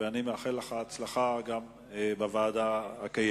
ואני מאחל לך הצלחה גם בוועדה הקיימת.